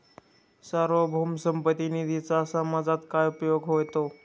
सार्वभौम संपत्ती निधीचा समाजात काय उपयोग होतो?